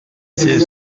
chasser